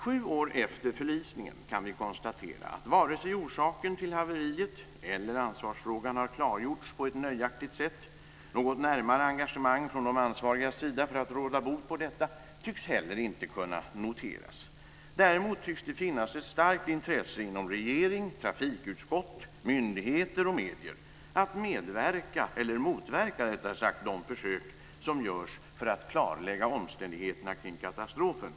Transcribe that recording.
Sju år efter förlisningen kan vi konstatera att varken orsaken till haveriet eller ansvarsfrågan har klargjorts på ett nöjaktigt sätt. Något närmare engagemang från de ansvarigas sida för att råda bot på detta tycks inte heller kunna noteras. Däremot tycks det finnas ett starkt intresse inom regering, trafikutskott, myndigheter och medier att medverka vid, eller rättare sagt motverka, de försök som görs för att klarlägga omständigheterna kring katastrofen.